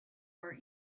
our